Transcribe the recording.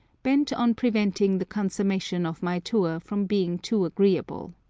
bent on preventing the consummation of my tour from being too agreeable.